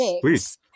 please